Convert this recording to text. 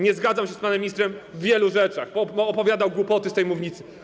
Nie zgadzam się z panem ministrem w wielu rzeczach, opowiadał głupoty z tej mównicy.